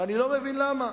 ואני לא מבין למה.